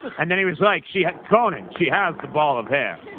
and then he was like, she had conan. she has the ball of hair.